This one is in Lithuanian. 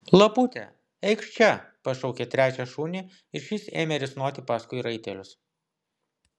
lapute eikš čia pašaukė trečią šunį ir šis ėmė risnoti paskui raitelius